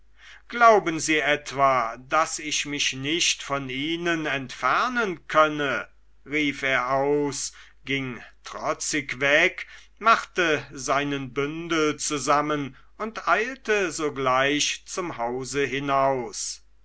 glauben sie etwa daß ich mich nicht von ihnen entfernen könne rief er aus ging trotzig weg machte seinen bündel zusammen und eilte sogleich zum hause hinaus